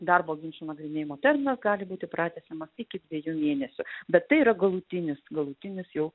darbo ginčų nagrinėjimo terminas gali būti pratęsiamas iki dviejų mėnesių bet tai yra galutinis galutinis jau